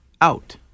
out